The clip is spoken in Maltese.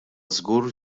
żgur